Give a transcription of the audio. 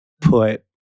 put